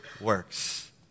works